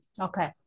Okay